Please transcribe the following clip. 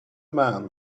man